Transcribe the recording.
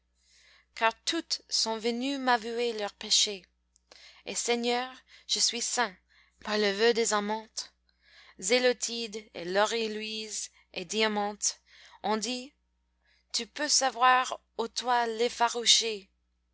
car toutes sont venues m'avouer leurs péchés et seigneur je suis saint par le vœu des amantes zélotide et lorie louise et diamante on dit tu peux savoir ô toi l'effarouché